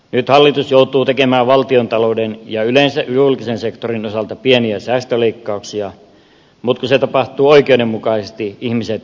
nyt hallitus joutuu tekemään valtiontalouden ja yleensä julkisen sektorin osalta pieniä säästöleikkauksia mutta kun se tapahtuu oikeudenmukaisesti ihmiset ymmärtävät sen